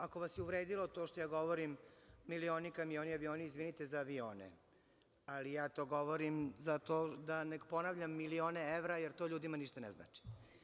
Ako vas je uvredilo to što ja govorim milioni, kamioni, avioni, izvinite za avione, ali ja to govorim zato da ne ponavljam milione evra jer to ljudima ništa ne znači.